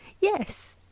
yes